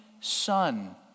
son